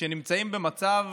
שנמצאים במצב